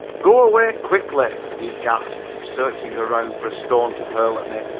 go away quickly, he gasped, searching around for a stone to hurl at me,